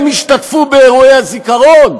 הם השתתפו באירועי הזיכרון?